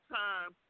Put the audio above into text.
time